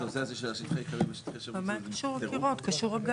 1,200 או 1,300 --- תזכיר לי